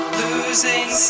losing